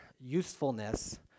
usefulness